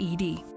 ED